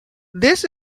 this